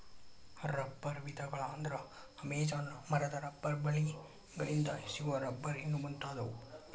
ರಬ್ಬರ ವಿಧಗಳ ಅಂದ್ರ ಅಮೇಜಾನ ಮರದ ರಬ್ಬರ ಬಳ್ಳಿ ಗಳಿಂದ ಸಿಗು ರಬ್ಬರ್ ಇನ್ನು ಮುಂತಾದವು